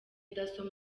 dasso